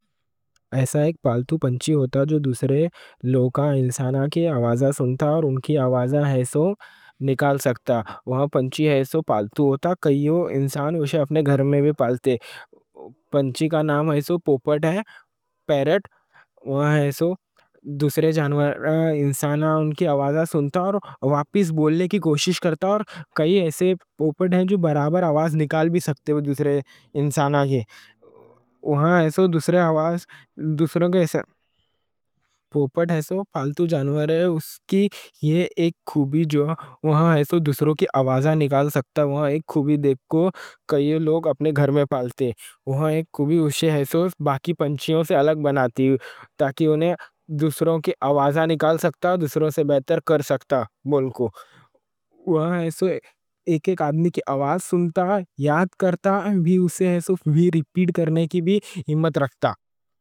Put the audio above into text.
ایسا ایک پالتو پنچی رہتا جو دوسرے لوگاں، انساناں کی آوازاں سنتا اور ان کی آوازاں ایسو نکال سکتا۔ وہ پنچی ایسو پالتو رہتا، کئی انساناں اُسے اپنے گھر میں بھی پالتے۔ پنچی کا نام ایسو پوپٹ ہے، پیرٹ۔ وہ ایسو دوسرے جانور، انساناں کی آوازاں سنتا اور واپس بولنے کی کوشش کرتا۔ اور کئی ایسے پوپٹ ہیں جو برابر آواز نکال بھی سکتے دوسرے انساناں کی۔ پوپٹ ایسو پالتو جانور ہے۔ اس کی یہ ایک خوبی کہ وہ ایسو دوسروں کی آوازاں نکال سکتا۔ یہ ایک خوبی دے کوں کئی لوگ اپنے گھر میں پالتے۔ یہ خوبی اُسے ایسو باقی پنچیوں سے الگ بناتی تاکہ وہ دوسروں کی آوازاں نکال سکتا، دوسروں سے بہتر کر سکتا۔ وہ ایک ایک آدمی کی آواز سنتا، یاد کرتا، اور اُسے ایسو بھی ریپیٹ کرنے کی بھی ہمت رکھتا۔